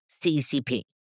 CCP